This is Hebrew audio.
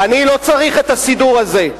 אני לא צריך את הסידור הזה.